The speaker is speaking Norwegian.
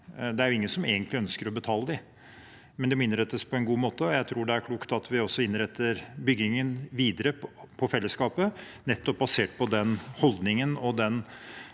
Det er ingen som egentlig ønsker å betale dem. Det må innrettes på en god måte, og jeg tror det er klokt at vi også innretter byggingen videre med tanke på fellesskapet, basert på den holdningen og den